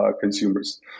consumers